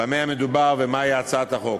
במה מדובר ומהי הצעת החוק,